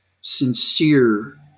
sincere